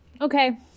Okay